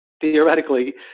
theoretically